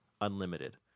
unlimited